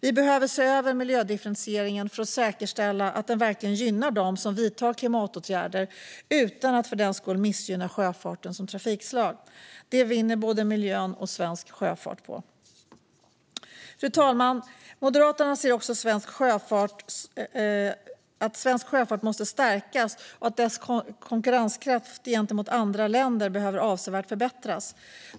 Vi behöver se över miljödifferentieringen för att säkerställa att den verkligen gynnar dem som vidtar klimatåtgärder, utan att för den skull missgynna sjöfarten som trafikslag. Det vinner både miljön och svensk sjöfart på. Fru talman! Moderaterna ser också att svensk sjöfart måste stärkas och att dess konkurrenskraft gentemot andra länder behöver förbättras avsevärt.